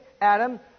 Adam